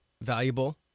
valuable